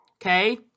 okay